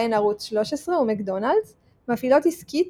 בהן ערוץ 13 ומקדונלד'ס מפעילות עסקית